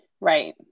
right